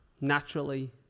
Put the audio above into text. naturally